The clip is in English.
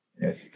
Yes